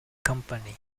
company